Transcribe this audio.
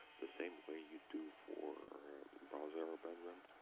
the same way you do for browser abandonment.